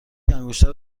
انگشتر